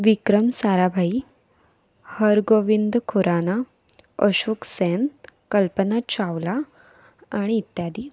विक्रम साराभाई हरगोविंद खुराना अशोक सेन कल्पना चावला आणि इत्यादी